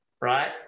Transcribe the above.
right